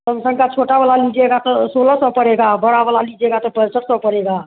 Samsung का छोटा वाला लीजिएगा तो सोलह सौ पड़ेगा बड़ा वाला लीजिएगा तो पैंसठ सौ पड़ेगा